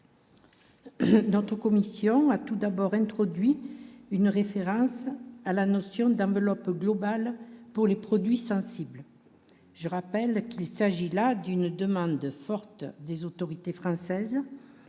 Notre commission a tout d'abord introduit une référence à la notion d'enveloppe globale pour les produits sensibles, je rappelle qu'il s'agit là d'une demande forte des autorités françaises